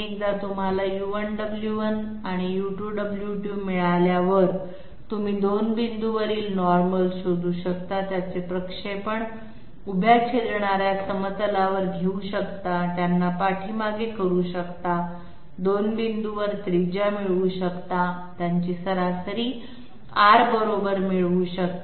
एकदा तुम्हाला u1 w1 आणि u2 w2 मिळाल्यावर तुम्ही 2 बिंदूंवरील नॉर्मल्स शोधू शकता त्यांचे प्रक्षेपण उभ्या छेदणार्या समतलावर घेऊ शकता त्यांना पाठीमागे करू शकता 2 बिंदूंवर त्रिज्या मिळवू शकता त्यांची सरासरी R बरोबर मिळवू शकता